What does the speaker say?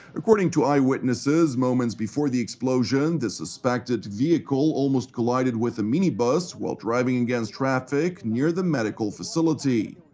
according to eyewitnesses, moments before the explosion, the suspected vehicle almost collided with a minibus while driving against traffic near the medical facility.